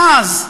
ואז,